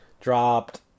dropped